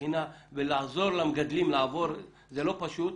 ולעזור למגדלים לעבור, לא פשוט,